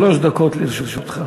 שלוש דקות לרשותך.